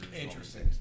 interesting